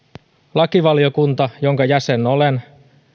lakivaliokunta jonka jäsen olen